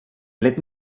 let